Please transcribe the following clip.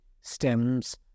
stems